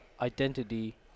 identity